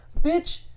Bitch